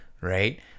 right